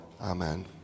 Amen